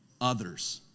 Others